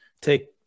take